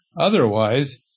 otherwise